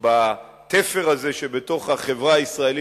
לתפר הזה שבתוך החברה הישראלית,